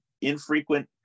infrequent